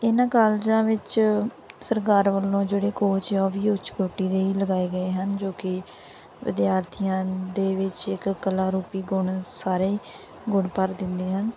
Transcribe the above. ਇਹਨਾਂ ਕਾਲਜਾਂ ਵਿੱਚ ਸਰਕਾਰ ਵੱਲੋਂ ਜਿਹੜੇ ਕੋਚ ਆ ਉਹ ਵੀ ਉੱਚ ਕੋਟੀ ਦੇ ਹੀ ਲਗਾਏ ਗਏ ਹਨ ਜੋ ਕਿ ਵਿਦਿਆਰਥੀਆਂ ਦੇ ਵਿੱਚ ਇੱਕ ਕਲਾ ਰੂਪੀ ਗੁਣ ਸਾਰੇ ਗੁਣ ਭਰ ਦਿੰਦੇ ਹਨ